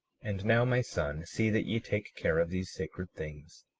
and now, my son, see that ye take care of these sacred things,